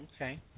Okay